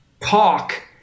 talk